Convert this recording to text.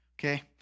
Okay